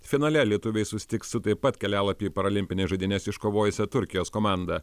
finale lietuviai susitiks su taip pat kelialapį į paralimpines žaidynes iškovojusia turkijos komanda